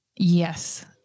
Yes